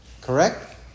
Correct